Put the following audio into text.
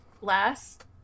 last